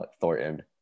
Thornton